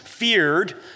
feared